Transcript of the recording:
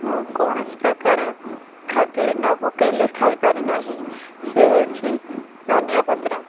ମୁଁ କୌଣସି ପ୍ରକାର ଖାଦ୍ୟରେ ନ ପକେଇଲେ ଖାଇପାରେ ନାହିଁ ସେ ହେଉଛି ଧନିଆ ପତ୍ର